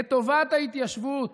לטובת ההתיישבות